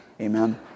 Amen